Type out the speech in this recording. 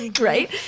Right